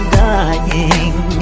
dying